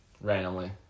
randomly